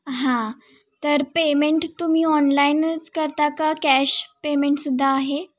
हां तर पेमेंट तुम्ही ऑनलाईनच करता का कॅश पेमेंटसुद्धा आहे